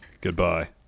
Goodbye